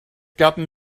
gotten